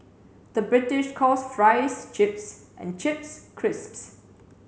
the British calls fries chips and chips crisps